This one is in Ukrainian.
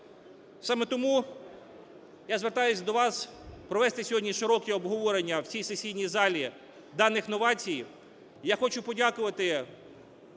Саме тому я звертаюсь до вас провести сьогодні широке обговорення в цій сесійній залі даних новацій.